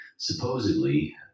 supposedly